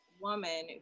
woman